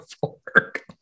fork